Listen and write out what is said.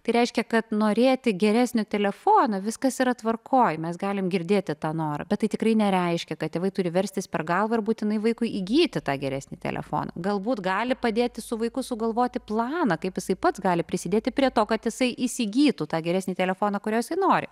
tai reiškia kad norėti geresnio telefono viskas yra tvarkoje mes galim girdėti tą norą bet tai tikrai nereiškia kad tėvai turi verstis per galvą ir būtinai vaikui įgyti tą geresnį telefoną galbūt gali padėti su vaiku sugalvoti planą kaip jisai pats gali prisidėti prie to kad jisai įsigytų tą geresnį telefoną kurio jisai nori